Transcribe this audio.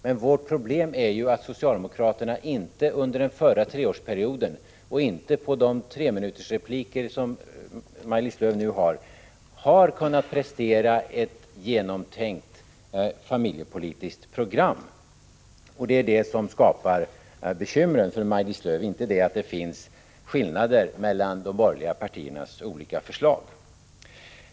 Men vårt problem är att socialdemokraterna inte under den förra treårsperioden och inte under de treminutersrepliker som Maj-Lis Lööw nu har haft har kunnat prestera ett genomtänkt familjepolitiskt program. Det är det som skapar bekymren för Maj-Lis Lööw, inte det att det finns skillnader mellan de borgerliga partiernas olika förslag.